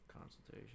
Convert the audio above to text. consultation